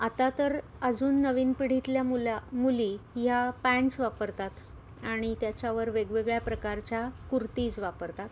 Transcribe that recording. आता तर अजून नवीन पिढीतल्या मुला मुली या पॅन्ट्स वापरतात आणि त्याच्यावर वेगवेगळ्या प्रकारच्या कुर्तीज वापरतात